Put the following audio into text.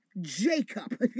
Jacob